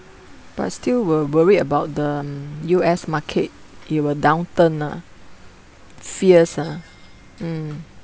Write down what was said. but still were worried about the U_S market it will downturn ah fierce ah mm